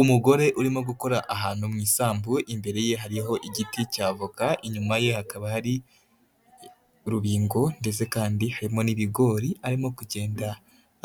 Umugore urimo gukora ahantu mu isambu imbere ye hariho igiti cya avoka inyuma ye hakaba hari urubingo, ndetse kandi harimo n'ibigori arimo kugenda